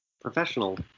professional